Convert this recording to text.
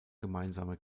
gemeinsame